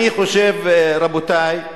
אני חושב, רבותי,